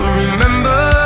remember